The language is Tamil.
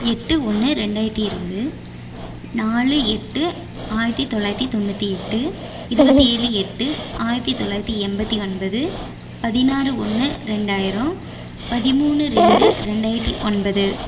எட்டு ஒன்னு ரெண்டாயிரத்தி இருபது நாலு எட்டு ஆயிரத்தி தொள்ளாயிரத்தி தொண்ணூற்றி எட்டு இருபத்தி ஏழு எட்டு ஆயிரத்தி தொள்ளாயிரத்தி எண்பத்தி ஒன்பது பதினாறு ஒன்று ரெண்டாயிரம் பதிமூணு ரெண்டு ரெண்டாயிரத்தி ஒன்பது